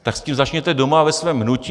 Tak s tím začněte doma ve svém hnutí.